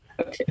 Okay